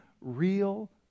real